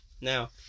Now